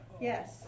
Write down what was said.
Yes